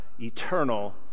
eternal